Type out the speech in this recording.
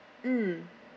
mm